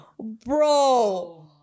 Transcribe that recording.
bro